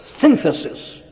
synthesis